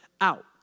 out